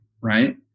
right